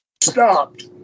stopped